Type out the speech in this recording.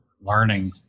learning